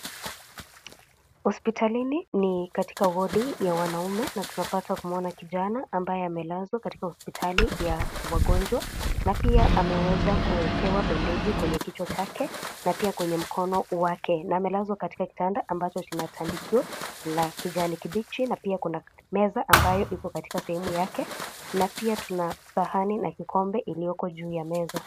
Hospitalini ni katika wodi ya wanaume na tunapata kumwona kijana ambaye amelazwa katika hospitali ya wagonjwa na pia ameweza kuwekewa bendeji kwenye kichwa chake na pia kwenye mkono wake na amelazwa katika kitanda ambacho kina tandikio la kijani kibichi na pia kuna meza ambayo iko katika sehemu yake na pia tuna sahani na kikombe iliyoko juu ya meza.